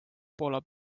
poola